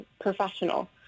professional